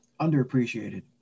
underappreciated